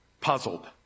puzzled